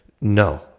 no